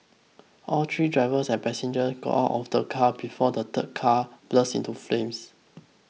all three drivers and passengers got out of the car before the third car burst into flames